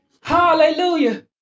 Hallelujah